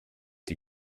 die